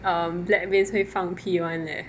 em black beans 会放屁 [one] leh